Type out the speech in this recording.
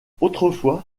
autrefois